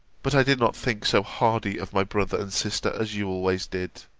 but i did not think so hardly of my brother and sister as you always did.